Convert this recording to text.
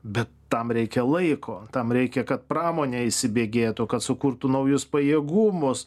bet tam reikia laiko tam reikia kad pramonė įsibėgėtų kad sukurtų naujus pajėgumus